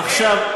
עשיתם ביומיים.